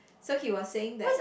so he was saying that